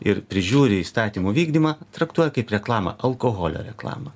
ir prižiūri įstatymų vykdymą traktuoja kaip reklamą alkoholio reklamą